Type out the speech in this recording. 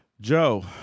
Joe